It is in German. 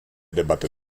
debatte